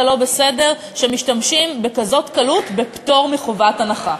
לא בסדר שמשתמשים בקלות כזאת בפטור מחובת הנחה.